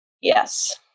Yes